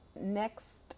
Next